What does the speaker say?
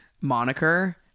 moniker